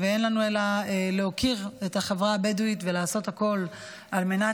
אין לנו אלא להוקיר את החברה הבדואית ולעשות הכול על מנת